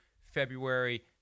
February